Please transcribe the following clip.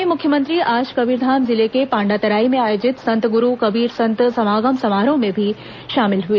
वहीं मुख्यमंत्री आज कबीरधाम जिले के पांडातराई में आयोजित संतगुरू कबीर संत समागम समारोह में भी शामिल हुए